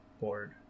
board